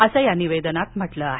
असं या निवेदनात म्हटलं आहे